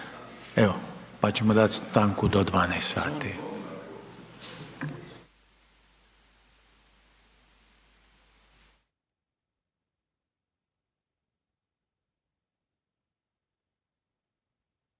Evo, pa ćemo dati stanku do 12 sati.